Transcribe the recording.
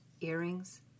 earrings